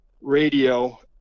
radio